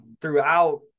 throughout